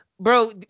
Bro